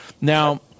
Now